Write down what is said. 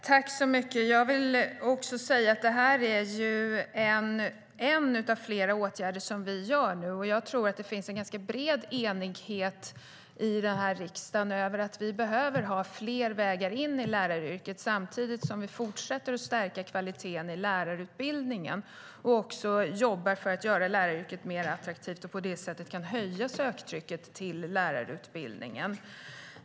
Fru talman! Detta är en av flera åtgärder som vi nu vidtar. Jag tror att det finns en ganska bred enighet i riksdagen om att vi behöver ha fler vägar in i läraryrket samtidigt som vi fortsätter att stärka kvaliteten i lärarutbildningen och jobbar för att göra läraryrket mer attraktivt och på det sättet kan höja söktrycket till lärarutbildningen.